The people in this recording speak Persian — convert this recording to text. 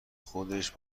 خودش